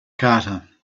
carter